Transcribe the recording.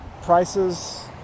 prices